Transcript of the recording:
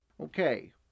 Okay